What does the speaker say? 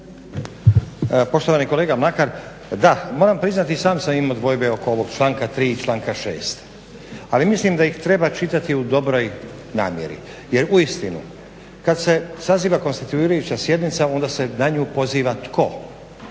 Poštovani kolega Mlakar, da moram priznati i sam sam imao dvojbe oko ovog članka 3. i članka 6. Ali mislim da ih treba čitati u dobroj namjeri, jer uistinu kad se saziva konstituirajuća sjednica onda se na nju poziva tko?